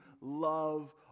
love